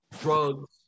drugs